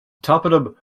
toponym